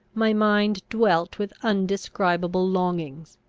my mind dwelt with undescribable longings.